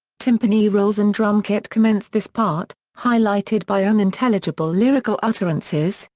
timpani rolls and drum kit commence this part, highlighted by unintelligible lyrical utterances,